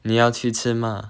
你要去吃吗